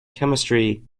chemistry